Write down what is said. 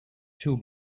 two